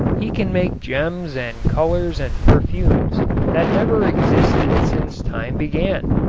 he can make gems and colors and perfumes that never existed since time began.